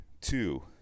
Two